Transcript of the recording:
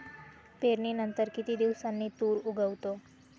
पेरणीनंतर किती दिवसांनी तूर उगवतो?